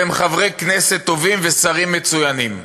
שהם חברי כנסת טובים ושרים מצוינים.